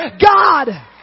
God